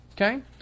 Okay